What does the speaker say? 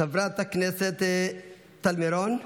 חברת הכנסת טל מירון,